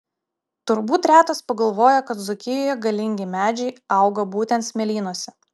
turbūt retas pagalvoja kad dzūkijoje galingi medžiai auga būtent smėlynuose